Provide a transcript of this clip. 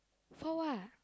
for what